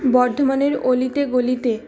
বর্ধমানের অলিতে গলিতে